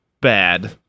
Bad